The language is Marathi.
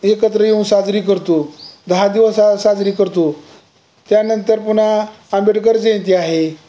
एकत्र येऊन साजरी करतो दहा दिवस साजरी करतो त्यानंतर पुन्हा आंबेडकर जयंती आहे